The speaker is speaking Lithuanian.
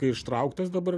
ištrauktas dabar